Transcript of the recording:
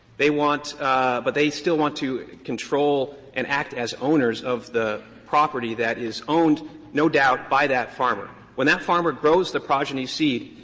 they want but they still want to control and act as owners of the property that is owned no doubt by that farmer. when that farmer grows the progeny seed,